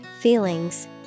feelings